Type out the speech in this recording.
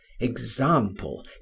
Example